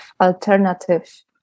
alternative